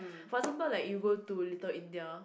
for example like you go to Little India